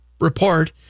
report